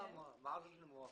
למה הוא לא?